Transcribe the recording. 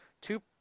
two